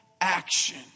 action